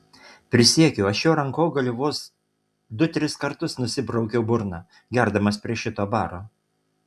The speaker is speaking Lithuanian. prisiekiu aš šiuo rankogaliu vos du tris kartus nusibraukiau burną gerdamas prie šito baro